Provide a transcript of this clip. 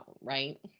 right